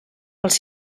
els